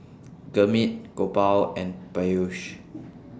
Gurmeet Gopal and Peyush